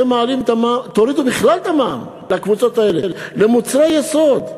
תורידו בכלל את המע"מ לקבוצות האלה, למוצרי יסוד,